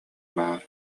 баар